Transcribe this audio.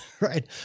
Right